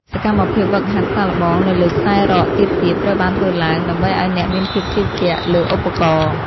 សកម្មភាពហ្វឹកហាត់សាកល្បងនៅលើខ្សែរ៉កទាបៗត្រូវបានធ្វើឡើង ដើម្បីឱ្យអ្នកមានភាពជឿជាក់លើឧបករណ៍។